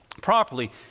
properly